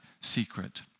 secret